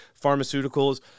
pharmaceuticals